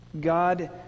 God